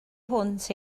hwnt